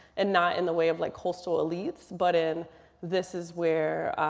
and not in the way of like coastal elites, but in this is where